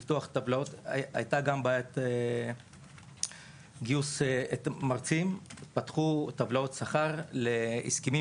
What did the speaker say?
הייתה בעיית גיוס מרצים אבל פתחו טבלאות שכר להסכמים